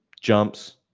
jumps